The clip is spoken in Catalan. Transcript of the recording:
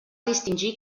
distingir